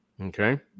Okay